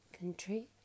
country